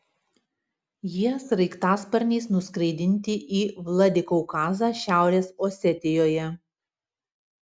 jie sraigtasparniais nuskraidinti į vladikaukazą šiaurės osetijoje